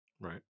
Right